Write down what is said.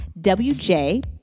WJ